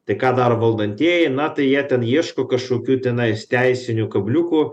tai ką daro valdantieji na tai jie ten ieško kažkokių tenais teisinių kabliukų